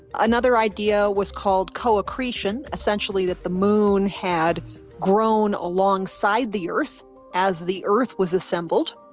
another idea was called co-accretion, essentially that the moon had grown alongside the earth as the earth was assembled.